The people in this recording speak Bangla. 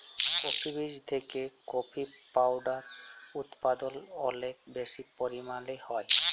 কফি বীজ থেকে কফি পাওডার উদপাদল অলেক বেশি পরিমালে হ্যয়